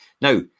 Now